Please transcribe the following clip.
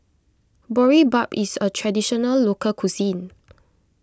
Boribap is a Traditional Local Cuisine